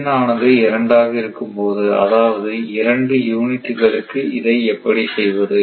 N ஆனது இரண்டாக இருக்கும் பொழுது அதாவது இரண்டு யூனிட்களுக்கு இதை எப்படி செய்வது